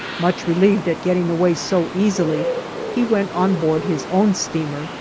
much relieved at getting away so easily he went on board his own steamer,